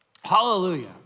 hallelujah